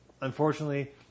unfortunately